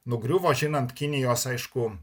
nugriuvo žinant kinijos aišku